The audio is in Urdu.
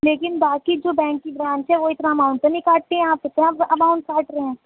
لیکن باقی جو بینک کی برانچ ہیں وہ اتنا اماؤنٹ تو نہیں کاٹتے ہیں آپ اتنا اماؤنٹ کاٹ رہے ہیں